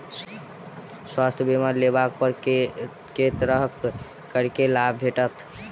स्वास्थ्य बीमा लेबा पर केँ तरहक करके लाभ भेटत?